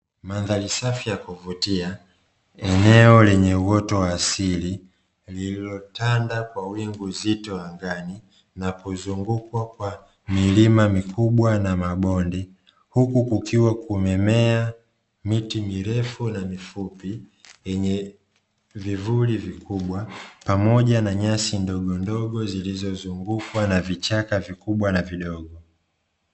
Mandhari ya kuvutia, eneo lenye uoto wa asili, lililotandwa kwa wingu zito angani na kuzungukwa kwa milima mikubwa na mabonde, huku kukiwa kumemea miti mirefu na mifupi yenye vivuli vikubwa pamoja na nyasi ndogondogo zilizozungukwa na vichaka vikubwa na vidogo.